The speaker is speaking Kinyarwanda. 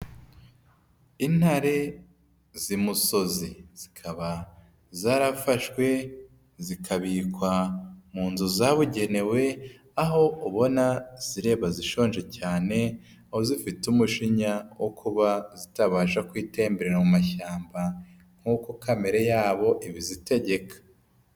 Intare, z'imusozi. Zikaba zarafashwe, zikabikwa mu nzu zabugenewe aho ubona zireba zishonje cyane, aho zifite umujinya wo kuba zitabasha kwitemberera mu mashyamba nkuko kamere yabo ibizitegeka.